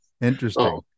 Interesting